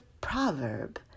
Proverb